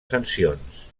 sancions